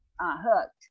hooked